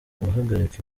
guhagarika